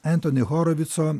entoni chorovico